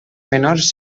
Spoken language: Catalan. menors